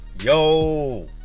yo